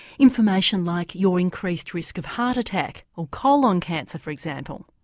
information like your increased risk of heart attack, or colon cancer for example.